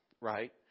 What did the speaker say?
right